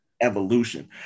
evolution